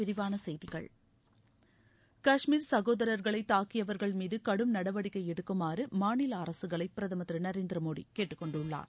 விரிவான செய்திகள் காஷ்மீர் சகோதரர்களை தாக்கியவர்கள் மீது கடும் நடவடிக்கை எடுக்குமாறு மாநில அரசுகளை பிரதமர் திரு நரேந்திர மோடி கேட்டுக்கொண்டுள்ளார்